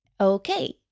Okay